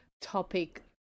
topic